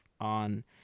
on